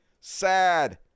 sad